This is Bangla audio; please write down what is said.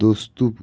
দোস্তু